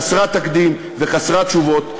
חסרת תקדים וחסרת תשובות,